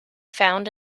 found